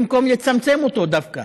במקום לצמצם אותו דווקא.